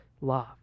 love